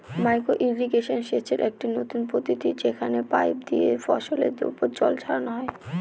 micro irrigation সেচের একটি নতুন পদ্ধতি যেখানে পাইপ দিয়ে ফসলের ওপর জল ছড়ানো হয়